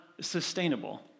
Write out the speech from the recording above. sustainable